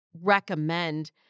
recommend